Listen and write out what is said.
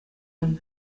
homme